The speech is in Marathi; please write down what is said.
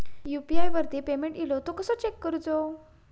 यू.पी.आय वरती पेमेंट इलो तो कसो चेक करुचो?